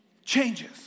Changes